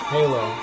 Halo